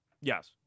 Yes